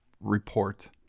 report